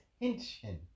attention